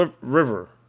River